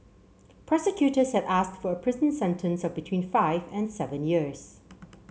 prosecutors had asked for a prison sentence of between five and seven years